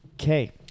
Okay